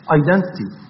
identity